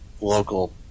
local